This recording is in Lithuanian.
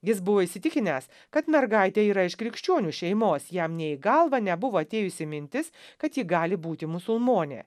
jis buvo įsitikinęs kad mergaitė yra iš krikščionių šeimos jam nė į galvą nebuvo atėjusi mintis kad ji gali būti musulmonė